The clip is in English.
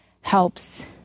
helps